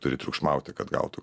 turi triukšmauti kad gautų